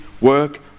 work